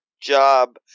job